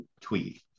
tweet